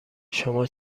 شما